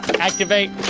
activate.